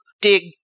dig